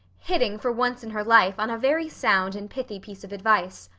hitting for once in her life on a very sound and pithy piece of advice.